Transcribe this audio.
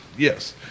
Yes